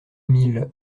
mille